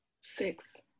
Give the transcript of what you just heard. Six